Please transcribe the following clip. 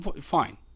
fine